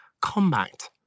combat